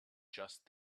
just